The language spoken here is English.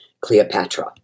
Cleopatra